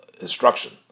instruction